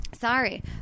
sorry